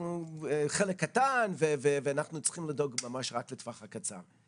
אנחנו חלק קטן ואנחנו צריכים לדאוג ממש רק לטווח הקצר.